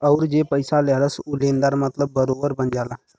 अउर जे पइसा लेहलस ऊ लेनदार मतलब बोरोअर बन जाला